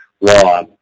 law